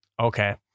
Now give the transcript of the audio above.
okay